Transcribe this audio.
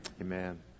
amen